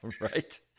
Right